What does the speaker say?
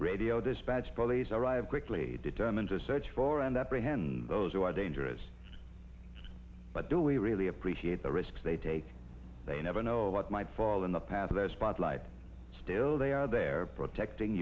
radio dispatch police arrive quickly determine to search for and that brings in those who are dangerous but do we really appreciate the risks they take they never know what might fall in the path of the spotlight still they are there protecting